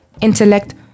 intellect